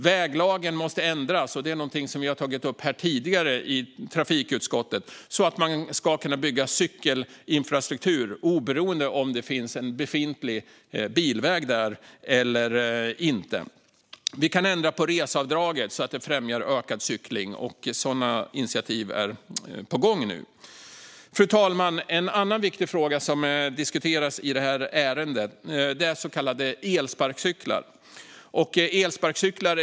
Väglagen måste ändras - det har vi tagit upp i trafikutskottet tidigare - så att man ska kunna bygga cykelinfrastruktur oberoende av om det finns en befintlig bilväg där eller inte. Vi kan också ändra på reseavdraget så att det främjar ökad cykling. Sådana initiativ är på gång. Fru talman! En annan viktig fråga som diskuteras i ärendet är så kallade elsparkcyklar.